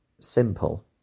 simple